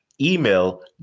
Email